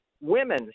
women